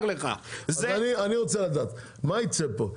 אז אני רוצה לדעת, מה ייצא פה?